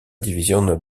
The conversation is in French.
division